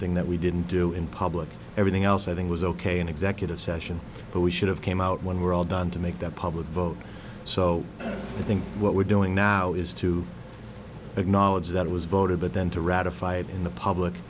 thing that we didn't do in public everything else i think was ok in executive session but we should have came out when we were all done to make that public vote so i think what we're doing now is to acknowledge that it was voted but then to ratify it in the public